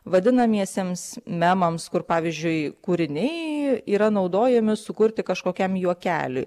vadinamiesiems memams kur pavyzdžiui kūriniai yra naudojami sukurti kažkokiam juokeliui